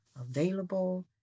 available